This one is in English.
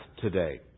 today